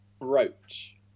Roach